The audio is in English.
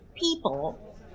people